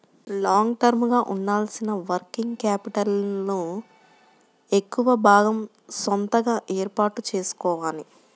long term గా ఉండాల్సిన working capital ను ఎక్కువ భాగం సొంతగా ఏర్పాటు చేసుకోవాలి